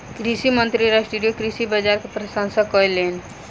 कृषि मंत्री राष्ट्रीय कृषि बाजार के प्रशंसा कयलैन